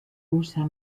usa